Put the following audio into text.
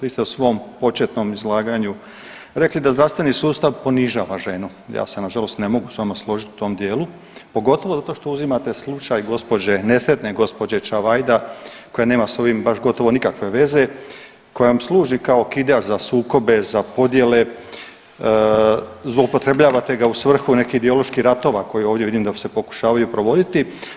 Vi ste u svom početnom izlaganju rekli da zdravstveni sustav ponižava ženu, ja se nažalost ne mogu s vama složiti u tom dijelu, pogotovo zato što uzimate slučaj gospođe, nesretne gospođe Čavajda koja nema s ovim baš gotovo nikakve veze, koja vam služi kao okidač za sukobe, za podjele, zloupotrebljavate ga u svrhu nekih dijaloških ratova koje ovdje vidim da se pokušavaju provoditi.